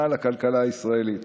לכלכלה הישראלית,